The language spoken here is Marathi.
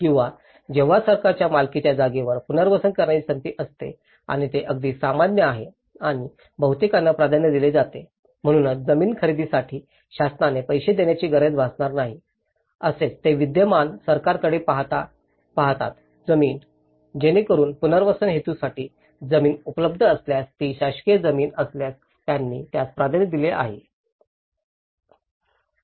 किंवा जेव्हा सरकारच्या मालकीच्या जागेवर पुनर्वसन करण्याची संधी असते आणि हे अगदी सामान्य आहे आणि हे बहुतेकांना प्राधान्य दिले जाते म्हणूनच जमीन खरेदीसाठी शासनाने पैसे देण्याची गरज भासणार नाही असेच ते विद्यमान सरकारकडे पाहतात जमीन जेणेकरुन पुनर्वसन हेतूसाठी जमीन उपलब्ध असल्यास ती शासकीय जमीन असल्यास त्यांनी त्यास प्राधान्य दिले आहे